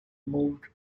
moved